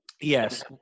Yes